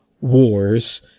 Wars